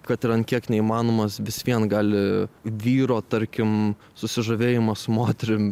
kad ir ant kiek neįmanomas vis vien gali vyro tarkim susižavėjimas moterim